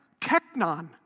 Technon